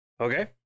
Okay